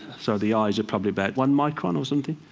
so the eyes are probably about one micron or something.